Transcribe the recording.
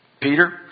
Peter